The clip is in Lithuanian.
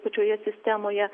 pačioje sistemoje